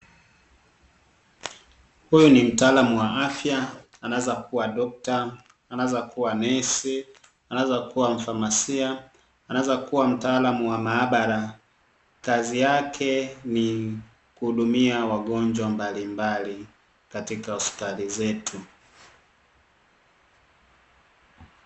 Huyu ni mtaalamu wa afya anaweza kuwa dokta, anaweza kuwa nesi anaweza kuwa mphamasia anaweza kuwa mtaalamu wa maabara, kazi yake ni kuhudumia wagonjwa mbalimbali katika hospitali zetu.